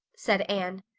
said anne.